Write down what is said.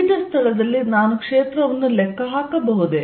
ಉಳಿದ ಸ್ಥಳದಲ್ಲಿ ನಾನು ಕ್ಷೇತ್ರವನ್ನು ಲೆಕ್ಕ ಹಾಕಬಹುದೇ